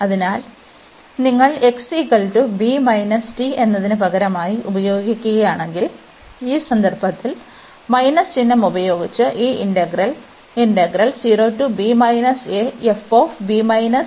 അതിനാൽ നിങ്ങൾ x b t എന്നതിന് പകരമായി ഉപയോഗിക്കുകയാണെങ്കിൽ ഈ സന്ദർഭത്തിൽ മൈനസ് ചിഹ്നം ഉപയോഗിച്ച് ഈ ഇന്റഗ്രൽ ആയി മാറും